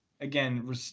Again